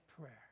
prayer